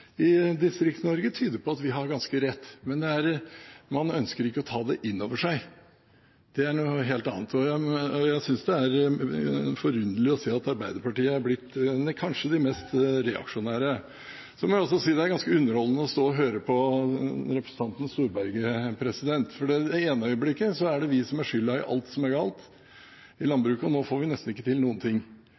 i Distrikts-Norge tyder på at vi har ganske rett. Men man ønsker ikke å ta det innover seg. Det er noe helt annet. Jeg synes det er forunderlig å se at Arbeiderpartiet er blitt kanskje de mest reaksjonære. Jeg må også si at det er ganske underholdende å stå og høre på representanten Storberget, for i det ene øyeblikket er det vi som er skyld i alt som går galt i landbruket, og nå får vi nesten ikke til noen ting.